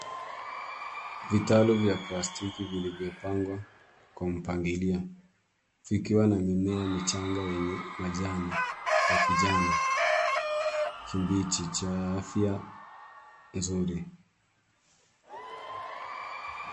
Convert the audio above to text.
Vitalu vya plastiki vilivyopangwa kwa mpangilio, vikiwa na mimea michanga yenye majani ya kijani kibichi cha afya nzuri.